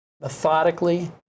methodically